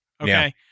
Okay